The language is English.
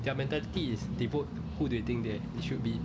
their mentality is they vote who they think that it should be